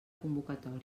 convocatòria